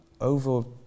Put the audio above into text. over